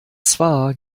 zwar